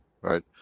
right